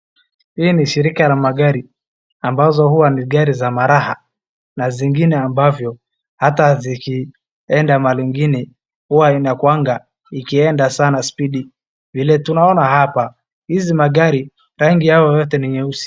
Hii ni shirika la magari ambazo huwa ni gari za maraha na zingine ambavyo hata zikienda mahali ingine huwa inakuanga ikienda sana spidi. Vile tunaona hapa hizi magari rangi yao yote ni nyeusi.